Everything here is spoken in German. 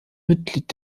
mitglied